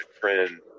friend